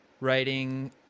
writing